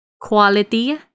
quality